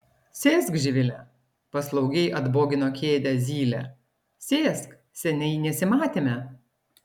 sėsk živile paslaugiai atbogino kėdę zylė sėsk seniai nesimatėme